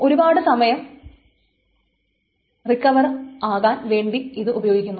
ഒരുപാട് സമയം റിക്കവർ ആകാൻ വേണ്ടി ഉപയോഗിക്കുന്നു